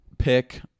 pick